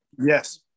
Yes